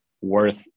worth